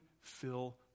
fill